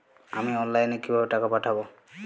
আমি অনলাইনে কিভাবে টাকা পাঠাব?